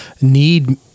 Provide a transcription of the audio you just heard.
need